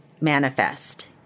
manifest